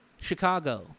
Chicago